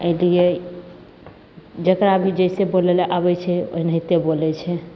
एहिलिए जकरा भी जइसे बोलैले आबै छै ओनाहिते बोलै छै